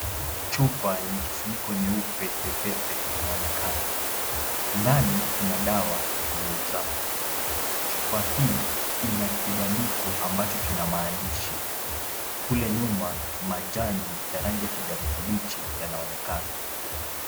Chupa yenye kifuniko cheupe pepepe inaonekana, ndani kuna dawa iliyojaa. Chupa hii ina kibandiko ambacho kina maandishi. Kule nyuma majani ya rangi ya kijani kibichi yanaonekana.